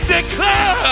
declare